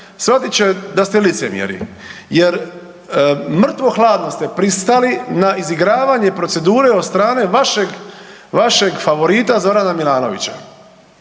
shvatit će da ste licemjeri, jer mrtvo-hladno ste pristali na izigravanje procedure od strane vašeg favorita Zorana Milanovića.